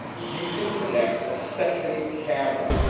you can connect a second camera,